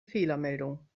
fehlermeldung